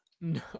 No